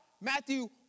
Matthew